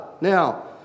Now